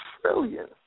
trillion